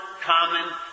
common